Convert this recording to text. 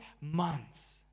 months